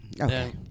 Okay